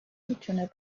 میتونه